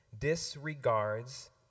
disregards